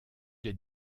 des